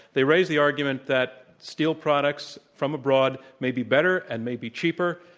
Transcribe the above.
they raise the argument that, steel products from abroad may be better and may be cheaper,